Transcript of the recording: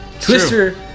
Twister